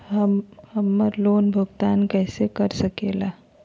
हम्मर लोन भुगतान कैसे कर सके ला?